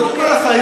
אז אני אומר לך,